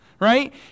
right